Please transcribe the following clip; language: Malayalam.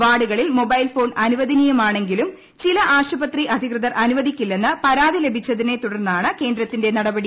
വാർഡുകളിൽ മൊബൈൽ ഫോൺ അന്ദ്യൂവദനീയമാണെങ്കിലും ചില ആശുപത്രി അധികൃതർ അനുവദിക്കുന്നില്ലെന്ന് പരാതി ലഭിച്ചതിനെ തുടർന്നാണ് കേന്ദ്രത്തിന്റെ നട്പടി